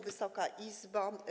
Wysoka Izbo!